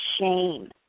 shame